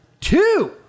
Two